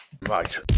Right